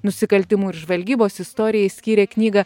nusikaltimų ir žvalgybos istorijai skyrė knygą